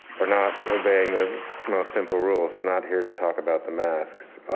are not obeying the most simple rules. i'm not here to talk about the masks,